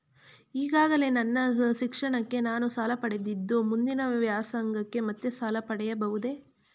ಈಗಾಗಲೇ ನನ್ನ ಶಿಕ್ಷಣಕ್ಕೆ ನಾನು ಸಾಲ ಪಡೆದಿದ್ದು ಮುಂದಿನ ವ್ಯಾಸಂಗಕ್ಕೆ ಮತ್ತೆ ಸಾಲ ಪಡೆಯಬಹುದೇ?